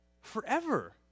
Forever